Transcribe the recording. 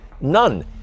none